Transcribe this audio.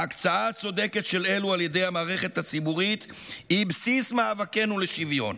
ההקצאה הצודקת של אלו על ידי המערכת הציבורית היא בסיס מאבקנו לשוויון,